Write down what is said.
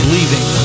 Leaving